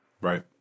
Right